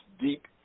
deep